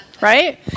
right